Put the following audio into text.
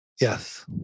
Yes